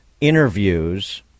interviews